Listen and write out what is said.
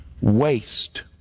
waste